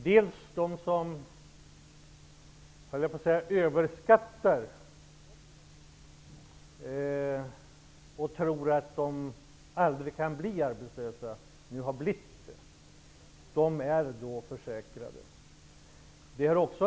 Den ena är att man når dem som så att säga överskattar sig själva och tror att de aldrig kan bli arbetslösa men som nu ändå blir det.